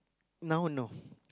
now no